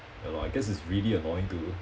ya lor I guess it's really annoying to